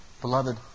Beloved